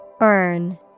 Earn